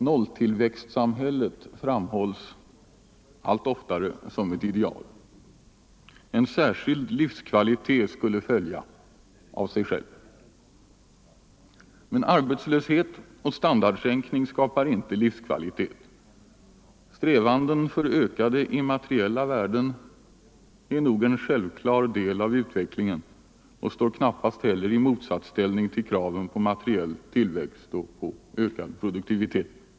Nolltillväxtsamhället framställs allt oftare som ett ideal. En särskild livskvalitet skulle följa av sig själv. Men arbetslöshet och standardsänkning skapar inte livskvalitet. Strävanden efter ökande immateriella värden är nog en självklar del av utvecklingen och står knappast heller i motsatsställning till kraven på materiell tillväxt och ökad produktivitet.